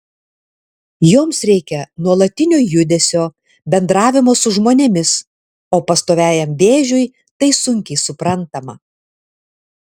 joms reikia nuolatinio judesio bendravimo su žmonėmis o pastoviajam vėžiui tai sunkiai suprantama